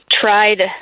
tried